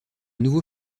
nouveau